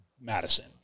Madison